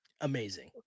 amazing